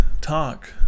talk